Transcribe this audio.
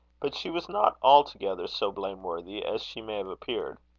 but she was not altogether so blameworthy as she may have appeared.